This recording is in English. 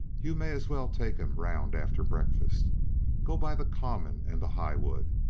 you may as well take him around after breakfast go by the common and the highwood,